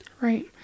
Right